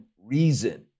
reason